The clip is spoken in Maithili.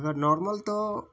अगर नार्मल तऽ